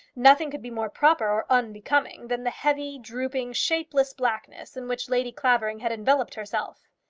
nothing could be more proper or unbecoming than the heavy, drooping, shapeless blackness in which lady clavering had enveloped herself.